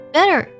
Better